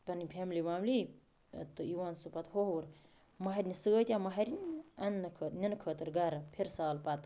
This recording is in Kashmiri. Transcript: پَنٕنۍ فیملی ویملی تہٕ یِوان سُہ پَتہٕ ہووُر مہرِنہِ سۭتۍ یا مہرِنۍ اَنٛنہٕ خٲطر نِنٛنہٕ خٲطرٕ گَرٕ فِرٕسال پَتہٕ